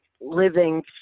living